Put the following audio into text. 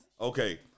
Okay